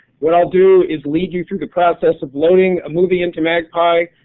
what i'll do is lead you through the process of loading a movie in to magpie,